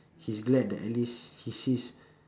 he's glad that at least he sees